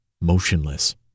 motionless